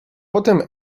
potem